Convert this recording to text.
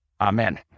Amen